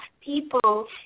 people